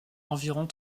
environ